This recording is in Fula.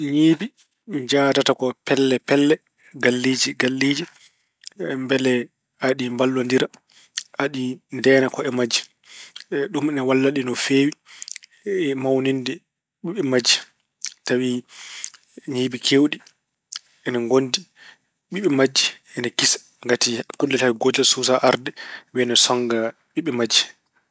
Ñiibi njahdata ko pelle pelle, galleeji galleeji mbele aɗi mballondira, aɗi ndeena ko'e majji. Ɗum ina walla ɗi no feewi e mawninde ɓiɓɓe majji. Tawi ñiibi keewɗi ina ngondi, ɓiɓɓe majji ina kisa ngati kullel hay gootel suusaa arde wiya ena sonnga ɓiɓɓe majji.